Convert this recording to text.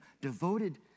devoted